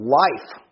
life